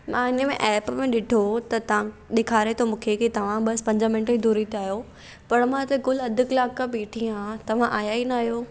मां हिन में एप में ॾिठो त तव्हां ॾेखारे थो मूंखे की तव्हां बसि पंज मिंटे जी दूरी ते आहियो पर मां हिते कुल अधु कलाक खां बीहठी आहियां तव्हां आया ई न आहियो